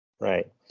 right